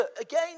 again